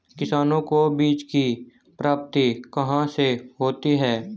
किसानों को बीज की प्राप्ति कहाँ से होती है?